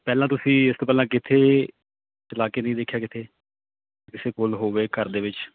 ਪਹਿਲਾਂ ਤੁਸੀਂ ਇਸ ਤੋਂ ਪਹਿਲਾਂ ਕਿੱਥੇ ਚਲਾ ਕੇ ਨਹੀਂ ਦੇਖਿਆ ਕਿੱਥੇ ਕਿਸੇ ਕੋਲ ਹੋਵੇ ਘਰ ਦੇ ਵਿੱਚ